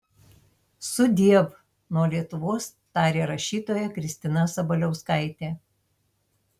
sudiev nuo lietuvos tarė rašytoja kristina sabaliauskaitė